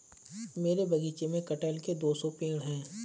मेरे बगीचे में कठहल के दो सौ पेड़ है